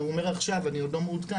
הוא אומר עכשיו, אני עוד לא מעודכן.